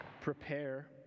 prepare